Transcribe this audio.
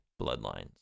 Bloodlines